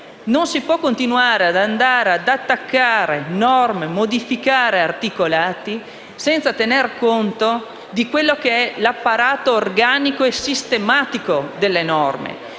Non si può continuare ad attaccare norme e modificare articolati senza tenere conto dell'apparato organico e sistematico delle norme.